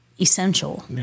essential